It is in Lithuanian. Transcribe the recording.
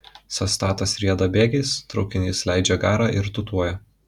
sąstatas rieda bėgiais traukinys leidžia garą ir tūtuoja